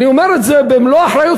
אני אומר את זה במלוא האחריות,